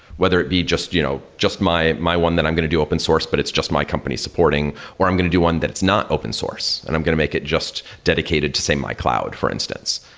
whether it'd be just you know just my my one that i'm going to do open source, but it's just my company supporting, or i'm going to do one that it's not open source and i'm going to make it just dedicated to say my cloud, for instance.